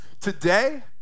today